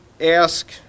ask